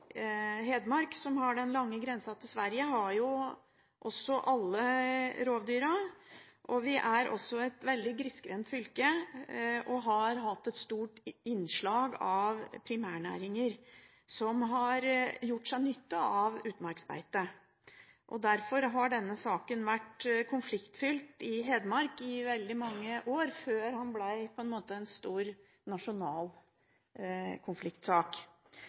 alle rovdyrene. Vi er også et veldig grisgrendt fylke, og har hatt et stort innslag av primærnæringer som har gjort seg nytte av utmarksbeite. Derfor har denne saken vært konfliktfylt i Hedmark i veldig mange år – før den på en måte ble en stor, nasjonal konfliktsak.